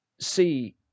see